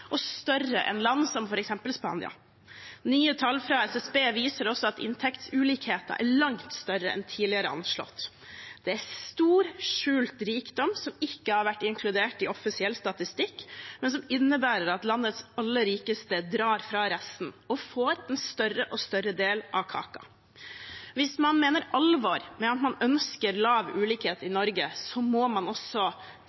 og større enn i land som f.eks. Spania. Nye tall fra SSB viser også at inntektsulikheten er langt større enn tidligere anslått. Det er stor skjult rikdom som ikke har vært inkludert i offisiell statistikk, men som innebærer at landets aller rikeste drar fra resten og får en større og større del av kaken. Hvis man mener alvor med at man ønsker lav ulikhet i